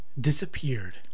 disappeared